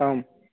आम्